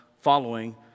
following